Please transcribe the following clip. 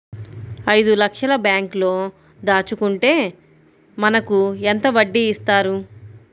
ఐదు లక్షల బ్యాంక్లో దాచుకుంటే మనకు ఎంత వడ్డీ ఇస్తారు?